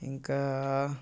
ఇంకా